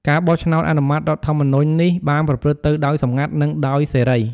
ការបោះឆ្នោតអនុម័តរដ្ឋធម្មនុញ្ញនេះបានប្រព្រឹត្តទៅដោយសម្ងាត់ និងដោយសេរី។